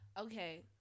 Okay